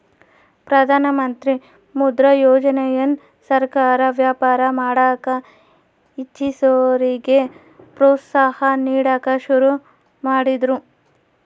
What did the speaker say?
ಪ್ರಧಾನಮಂತ್ರಿ ಮುದ್ರಾ ಯೋಜನೆಯನ್ನ ಸರ್ಕಾರ ವ್ಯಾಪಾರ ಮಾಡಕ ಇಚ್ಚಿಸೋರಿಗೆ ಪ್ರೋತ್ಸಾಹ ನೀಡಕ ಶುರು ಮಾಡಿದ್ರು